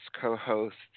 co-hosts